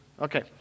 Okay